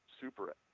super